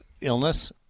illness